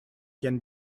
can